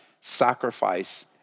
sacrifice